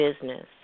business